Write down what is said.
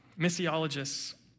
missiologists